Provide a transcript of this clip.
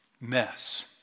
mess